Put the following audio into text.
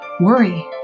worry